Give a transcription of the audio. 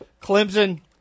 Clemson